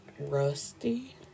rusty